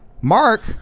Mark